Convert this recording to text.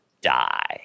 die